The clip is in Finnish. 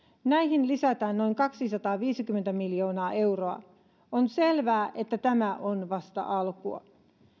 näihin lisätään noin kaksisataaviisikymmentä miljoonaa euroa on selvää että tämä on vasta alkua